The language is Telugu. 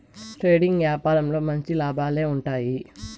ట్రేడింగ్ యాపారంలో మంచి లాభాలే ఉంటాయి